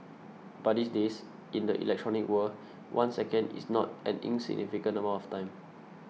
but these days in the electronic world one second is not an insignificant amount of time